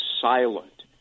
silent